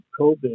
COVID